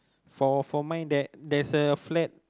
for for mine there there's a flat